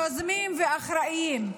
יוזמים ואחראים.